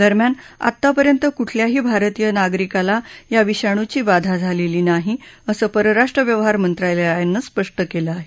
दरम्यान आतापर्यंत कुठल्याही भारतीय नागरिकाला या विषाणूची बाधा झालेली नाही असं परराष्ट्र व्यवहार मंत्रालयानं स्पष्ट केलं आहे